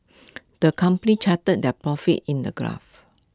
the company charted their profits in the graph